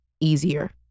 Easier